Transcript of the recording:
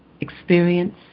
experience